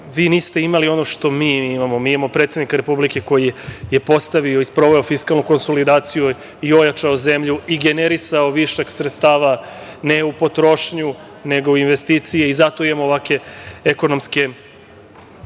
niste imali ono što mi imamo. Mi imamo predsednika Republike koji je postavio i sproveo fiskalnu konsolidaciju i ojačao zemlju i generisao višak sredstava, ne u potrošnju, nego u investicije i zato imamo ovakve ekonomske